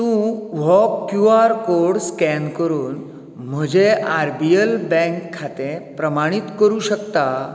तूं व्हो Q R code scan करून म्हजें आर बी एल बँक खातें प्रमाणीत करूं शकता